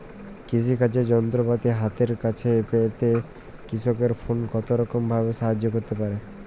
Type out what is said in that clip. কৃষিকাজের যন্ত্রপাতি হাতের কাছে পেতে কৃষকের ফোন কত রকম ভাবে সাহায্য করতে পারে?